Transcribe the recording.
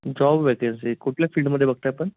job vacancy कुठल्या फील्डमध्ये बघत आहे आपण